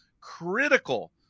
critical